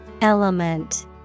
Element